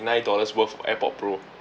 nine dollars worth of airpod pro